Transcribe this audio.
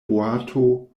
boato